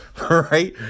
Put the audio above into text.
right